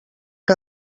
que